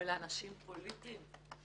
ולאנשים פוליטיים.